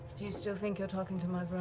do you still think you're talking to my brother?